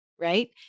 right